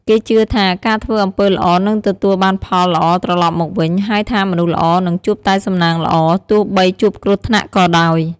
គេជឿថា ការធ្វើអំពើល្អនឹងទទួលបានផលល្អត្រឡប់មកវិញ ហើយថាមនុស្សល្អនឹងជួបតែសំណាងល្អ ទោះបីជួបគ្រោះថ្នាក់ក៏ដោយ។